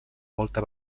molta